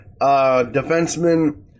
defenseman